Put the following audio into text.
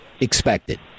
expected